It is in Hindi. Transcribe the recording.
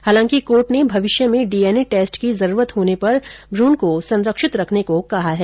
हालांकि कोर्ट ने भविष्य में डीएनए टेस्ट की जरूरत होने पर भ्रूण को संरक्षित रखने को कहा है